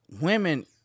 women